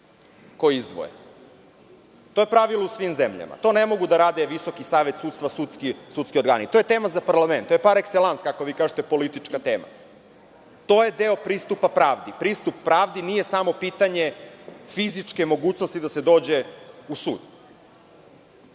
koji izdvoje. To je pravilo u svim zemljama, to ne mogu da rade Visoki savet sudstva, sudski organi. To je tema za parlament, to je parekselans, kako vi kažete, politička tema. To je deo pristupa pravdi. Pristup pravdi nije samo pitanje fizičke mogućnosti da se dođe u sud.